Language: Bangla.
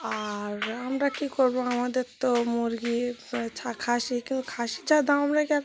আর আমরা কী করব আমাদের তো মুরগি ছা খাসি কিন্তু খাসির যা দাম আমরা কি আর